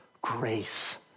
Grace